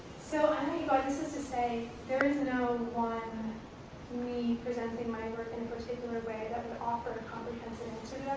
so but this is to say, there is no one me presenting my work in a particular way that would offer a comprehensive